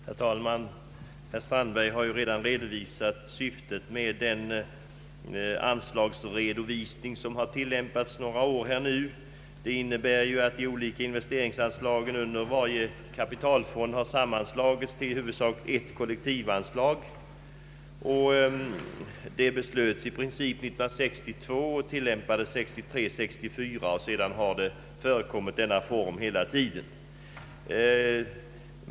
Herr talman! Herr Strandberg har redan angett syftet med den anslagsredovisning som nu har tillämpats under några år. De olika investeringsanslagen under varje kapitalfond har sammanslagits till i huvudsak ett kollektivanslag. Detta beslöts i princip år 1962 och har sedan dess tillämpats.